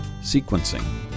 Sequencing